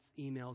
emails